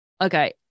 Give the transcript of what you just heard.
okay